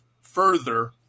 further